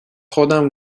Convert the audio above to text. خودم